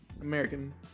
American